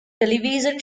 television